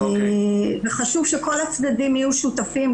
חשוב שכל הצדדים יהיו שותפים,